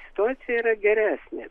situacija yra geresnė